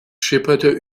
schipperte